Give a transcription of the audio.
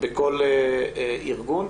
בכל ארגון.